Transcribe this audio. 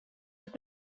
have